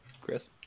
Chris